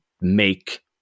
make